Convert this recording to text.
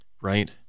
Right